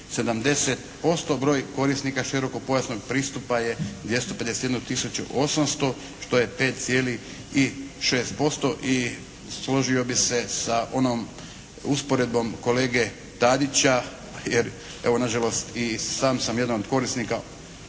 70%. Broj korisnika širokopojasnog pristupa je 251800 što je 5,6% i složio bih se sa onom usporedbom kolege Tadića jer evo na žalost i sam sam jedan od korisnika